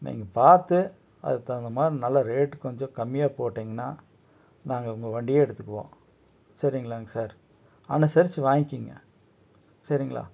நீங்கள் பார்த்து அதுக்கு தகுந்த மாதிரி நல்ல ரேட்டு கொஞ்சம் கம்மியாக போட்டீங்கனால் நாங்கள் உங்கள் வண்டியை எடுத்துக்குவோம் சரிங்களாங்க சார் அனுசரிச்சு வாங்கிக்கொங்க சரிங்ளா